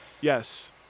Yes